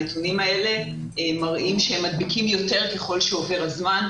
הנתונים האלה מראים שהם מדביקים יותר ככל שעובר הזמן.